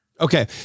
Okay